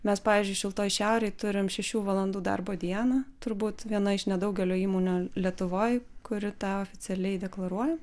mes pavyzdžiui šiltoj šiaurėj turim šešių valandų darbo dieną turbūt viena iš nedaugelio įmonių lietuvoj kuri tą oficialiai deklaruoja